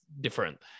different